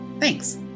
Thanks